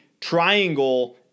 triangle